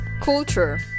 Culture